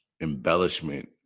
embellishment